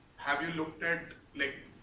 have you looked at like